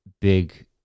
big